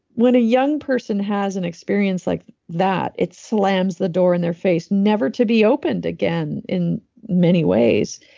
when a young person has an experience like that, it slams the door in their face, never to be opened again in many ways.